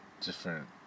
different